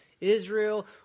Israel